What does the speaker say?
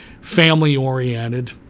family-oriented